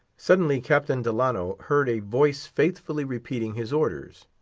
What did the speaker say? suddenly captain delano heard a voice faithfully repeating his orders.